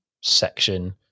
section